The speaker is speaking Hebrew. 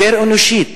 יותר אנושית.